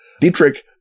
dietrich